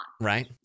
Right